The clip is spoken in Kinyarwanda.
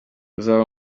uzaba